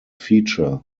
feature